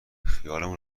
خیالمون